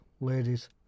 ladies